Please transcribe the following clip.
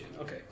Okay